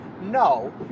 No